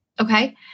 Okay